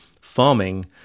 farming